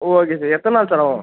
okay sir எத்தனை நாள் sir ஆகும்